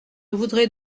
voudrais